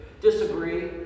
Disagree